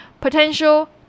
potential